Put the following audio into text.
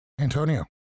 Antonio